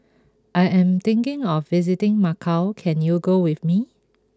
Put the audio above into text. I am thinking of visiting Macau can you go with me